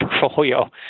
portfolio